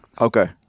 Okay